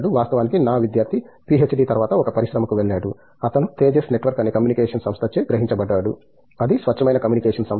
వాస్తవానికి నా విద్యార్థి పీహెచ్డీ తర్వాత ఒక పరిశ్రమకు వెళ్లాడు అతను తేజస్ నెట్వర్క్స్ అనే కమ్యూనికేషన్ సంస్థచే గ్రహించబడ్డాడు అది స్వచ్ఛమైన కమ్యూనికేషన్ సంస్థ